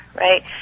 Right